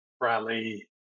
rally